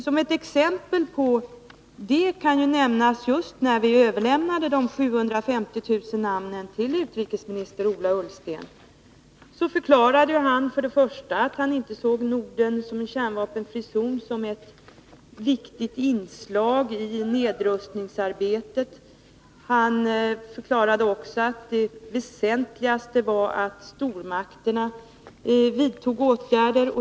Som ett exempel på detta kan nämnas att när man överlämnade de 750 000 namnen till utrikesminister Ullsten förklarade han att han inte såg målet Norden som en kärnvapenfri zon som ett viktigt inslag i nedrustningsarbetet. Han förklarade dessutom att det väsentligaste var att stormakterna vidtog åtgärder.